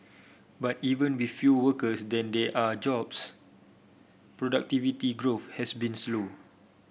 but even with fewer workers than there are jobs productivity growth has been slow